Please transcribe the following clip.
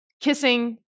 kissing